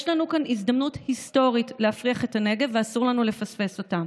יש לנו כאן הזדמנות היסטורית להפריח את הנגב ואסור לנו לפספס אותה.